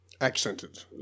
Accented